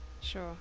sure